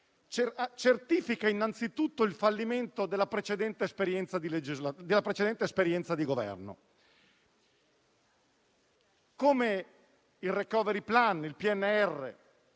certifica innanzitutto il fallimento della precedente esperienza di Governo. Come il *recovery plan*, il PNRR,